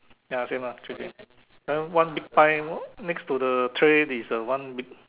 ya same ah three cm then one big pie next to the tray is a one big